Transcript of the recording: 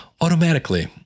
automatically